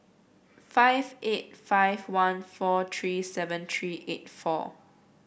five eight five one four three seven three eight four